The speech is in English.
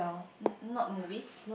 not movie